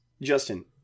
Justin